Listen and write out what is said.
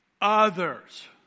others